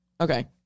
Okay